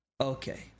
okay